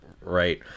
Right